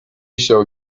shall